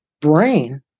brain